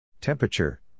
Temperature